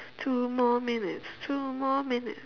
two more minutes two more minutes